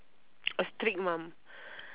a strict mum